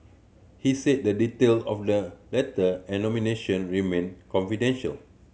he said the detail of the letter and nomination remain confidential